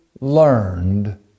learned